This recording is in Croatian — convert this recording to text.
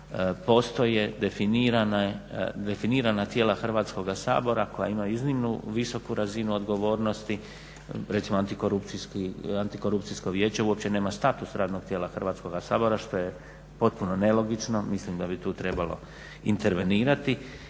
postoje definirana tijela Hrvatskoga sabora koja ima iznimno visoku razinu odgovornosti, recimo Antikorupcijsko vijeće uopće nema status radnog tijela Hrvatskoga sabora što je potpuno nelogično. Mislim da bi tu trebalo intervenirati.